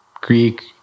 Greek